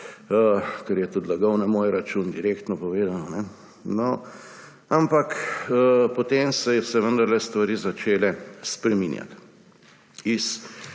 ker je tudi lagal na moj račun, direktno povedano – ampak potem so se vendarle stvari začele spreminjati. Iz